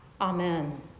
Amen